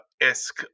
esque